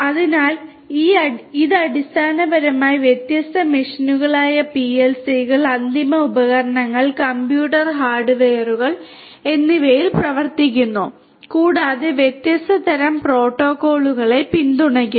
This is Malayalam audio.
അതിനാൽ ഇത് അടിസ്ഥാനപരമായി വ്യത്യസ്ത മെഷീനുകളായ പിഎൽസികൾ അന്തിമ ഉപകരണങ്ങൾ കമ്പ്യൂട്ടർ ഹാർഡ്വെയറുകൾ എന്നിവയിൽ പ്രവർത്തിക്കുന്നു കൂടാതെ വ്യത്യസ്ത തരം പ്രോട്ടോക്കോളുകളെ പിന്തുണയ്ക്കുന്നു